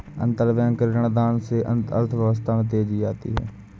अंतरबैंक ऋणदान से अर्थव्यवस्था में तेजी आती है